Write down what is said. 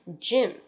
Gym